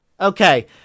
Okay